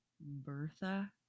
Bertha